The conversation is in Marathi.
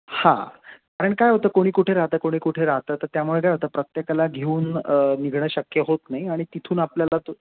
हां कारण काय होतं कोणी कुठे राहतं कोणी कुठे राहतं तर त्यामुळे काय होतं प्रत्येकाला घेऊन निघणं शक्य होत नाही आणि तिथून आपल्याला तो